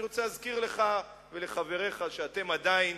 אני רוצה להזכיר לך ולחבריך שאתם עדיין,